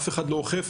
אף אחד לא אוכף,